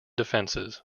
defenses